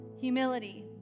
humility